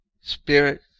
spirit